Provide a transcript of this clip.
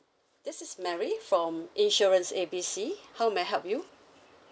this is mary from insurance A B C how may I help you